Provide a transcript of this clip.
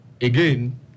again